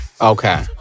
okay